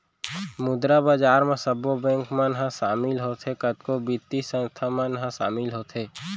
मुद्रा बजार म सब्बो बेंक मन ह सामिल होथे, कतको बित्तीय संस्थान मन ह सामिल होथे